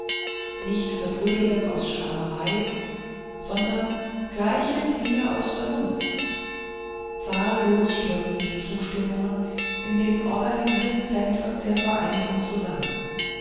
nicht verbrüderung aus schwärmerei sondern gleiche ziele aus vernunft zahllos strömten die zustimmungen in den organisierten zentren der vereinigung zusammen